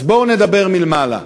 אז בואו נדבר מלמעלה: